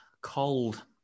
cold